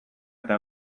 eta